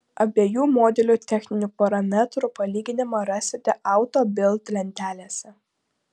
abiejų modelių techninių parametrų palyginimą rasite auto bild lentelėse